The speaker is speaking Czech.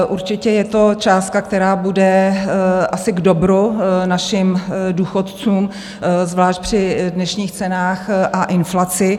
Určitě je to částka, která bude asi k dobru našim důchodcům, zvlášť při dnešních cenách a inflaci.